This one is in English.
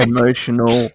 Emotional